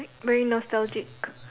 very nostalgic